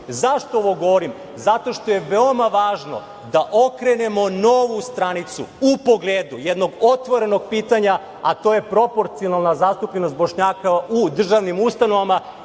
ovo govorim? Zato što je veoma važno da okrenemo novu stranicu u pogledu jednog otvorenog pitanja, a to je proporcijalna zastupljenost Bošnjaka u državnim ustanovama,